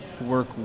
work